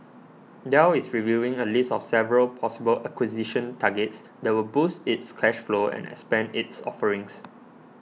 Dell is reviewing a list of several possible acquisition targets that would boost its cash flow and expand its offerings